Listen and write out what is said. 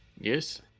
Yes